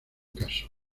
caso